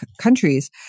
countries